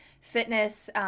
fitness